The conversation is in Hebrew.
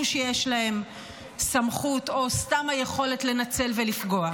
שיש להם סמכות או סתם היכולת לנצל ולפגוע.